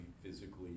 physically